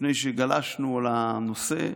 לפני שגלשנו לנושא,